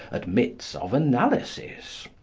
admits of analysis.